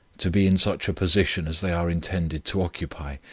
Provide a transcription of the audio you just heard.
to be in such a position as they are intended to occupy,